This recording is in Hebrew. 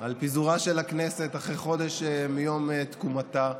על פיזורה של הכנסת אחרי חודש מיום תקומתה,